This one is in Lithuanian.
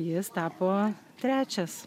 jis tapo trečias